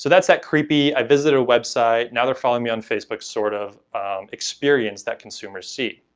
that's that creepy, i visited a website now they're following me on facebook, sort of experience that consumers see.